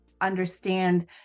understand